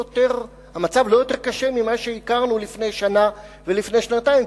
המצב לא יותר קשה ממה שהכרנו לפני שנה ולפני שנתיים.